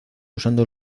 usando